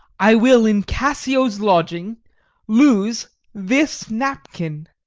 i will in cassio's lodging lose this napkin,